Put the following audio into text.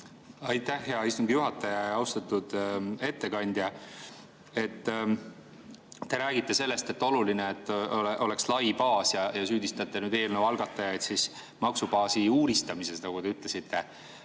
Aitäh, hea istungi juhataja! Austatud ettekandja! Te räägite sellest, et oluline oleks lai baas, ja süüdistate eelnõu algatajaid maksubaasi uuristamises, nagu te ütlesite.